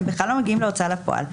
הם בכלל לא מגיעים להוצאה לפועל.